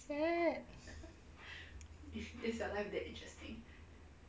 so sad